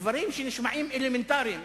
דברים שנשמעים אלמנטריים.